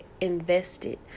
invested